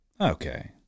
Okay